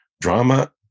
drama